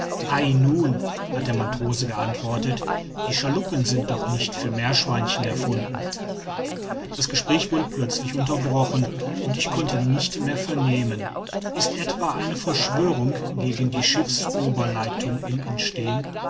nun hat der matrose geantwortet die schaluppen sind doch nicht für meerschweinchen erfunden das gespräch wurde plötzlich unterbrochen und ich konnte nicht mehr vernehmen ist etwa eine verschwörung gegen die schiffsoberleitung im entstehen